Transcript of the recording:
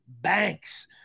Banks